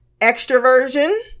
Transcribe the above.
Extroversion